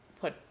put